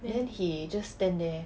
then he just stand there